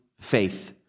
faith